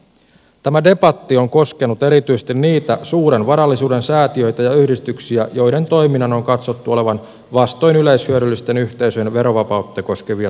tämä debatti on koskenut erityisesti niitä suuren varallisuuden säätiöitä ja yhdistyksiä joiden toiminnan on katsottu olevan vastoin yleishyödyllisten yhteisöjen verovapautta koskevia tuloverolain säädöksiä